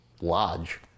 lodge